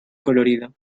colorido